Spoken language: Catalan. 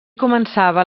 començava